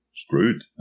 Screwed